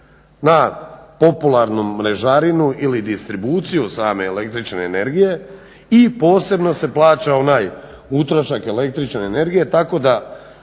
na popularnu mrežarinu ili distribuciju same el.energije i posebno se plaća onaj utrošak el.energije i